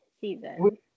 season